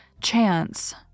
Chance